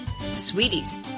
Sweeties